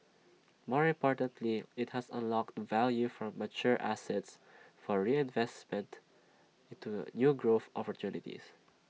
more importantly IT has unlocked value from mature assets for reinvestment into new growth opportunities